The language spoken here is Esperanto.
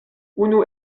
unu